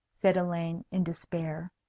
said elaine, in despair.